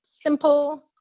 simple